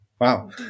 wow